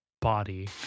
Body